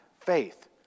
faith